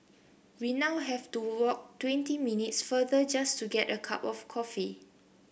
we now have to walk twenty minutes farther just to get a cup of coffee